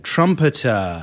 Trumpeter